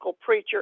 preacher